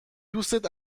دوستت